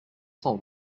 cent